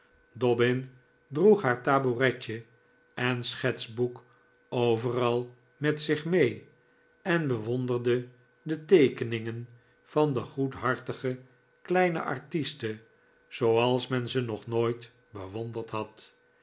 droeg haar tabouretje en schetsboek overal met zich mee en bewonderde de teekeningen van de goedhartige kleine artiste zooals men ze nog nooit bewonderd had